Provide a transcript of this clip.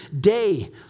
day